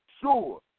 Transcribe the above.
sure